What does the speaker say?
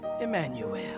Emmanuel